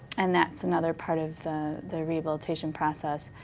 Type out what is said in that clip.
and that's another part of the the rehabilitation process.